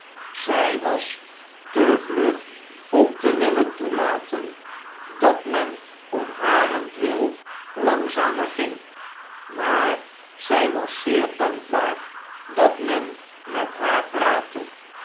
zij was te vlug om te willen toelaten dat men om harentwil langzamer ging maar zij was zeer dankbaar dat men met haar praatte